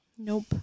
Nope